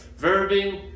Verbing